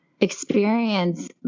experience